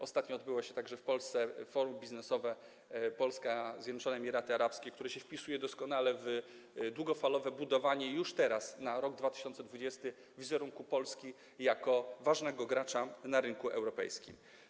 Ostatnio odbyło się także w Polsce forum biznesowe Polska - Zjednoczone Emiraty Arabskie, które wpisuje się doskonale w długofalowe budowanie już teraz na rok 2020 wizerunku Polski jako ważnego gracza na rynku europejskim.